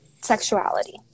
sexuality